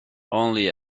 only